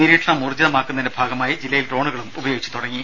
നിരീക്ഷണം ഊർജ്ജിതമാക്കുന്നതിന്റെ ഭാഗമായി ജില്ലയിൽ ഡ്രോണുകളും ഉപയോഗിച്ചു തുടങ്ങി